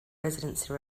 residency